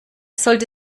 sollte